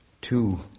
two